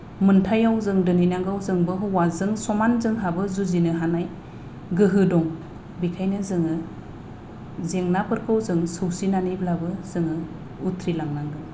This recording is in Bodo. मोनथायाव जों दोनहैनांगौ जोंबो हौवाजों समान जोंहाबो जुजिनो हानाय गोहो दं बेखायनो जोङो जेंनाफोरखौ जों सौसिनानैब्लाबो जोङो उथ्रिलांनांगोन